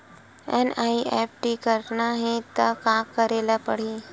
NEFT करना हे त का करे ल पड़हि?